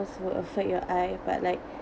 will affect your eye but like